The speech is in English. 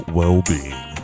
well-being